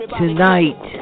tonight